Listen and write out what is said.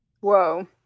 whoa